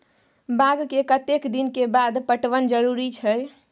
बाग के कतेक दिन के बाद पटवन जरूरी छै?